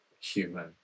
human